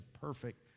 perfect